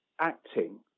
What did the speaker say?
acting